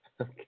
okay